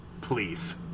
Please